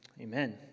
Amen